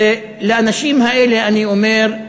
ולאנשים האלה אני אומר: